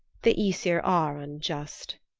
the aesir are unjust.